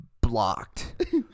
blocked